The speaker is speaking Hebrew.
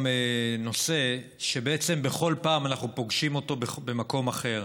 נושא שבעצם בכל פעם אנחנו פוגשים אותו במקום אחר,